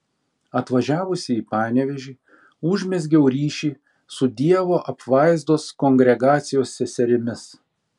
atvažiavusi į panevėžį užmezgiau ryšį su dievo apvaizdos kongregacijos seserimis